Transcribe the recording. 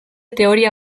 teoria